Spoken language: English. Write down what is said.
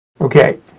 Okay